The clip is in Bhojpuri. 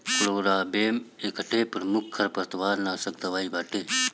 क्लोराम्बेन एकठे प्रमुख खरपतवारनाशक दवाई बाटे